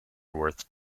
worth